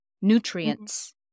nutrients